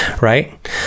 Right